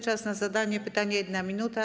Czas na zadanie pytania - 1 minuta.